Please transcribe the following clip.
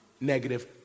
negative